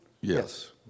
Yes